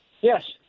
Yes